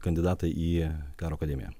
kandidatai į karo akademiją